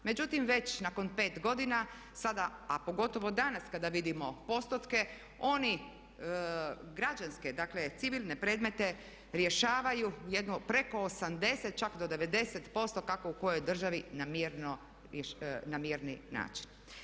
Međutim, već nakon 5 godina sada, a pogotovo danas kada vidimo postotke oni građanske, dakle civilne predmete rješavaju jedno preko 80, čak do 90% kako u kojoj državi na mirni način.